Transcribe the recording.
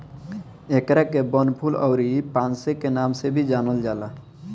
एकरा के वनफूल अउरी पांसे के नाम से भी जानल जाला